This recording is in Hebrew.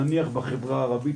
נניח בחברה הערבית,